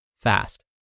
fast